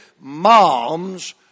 moms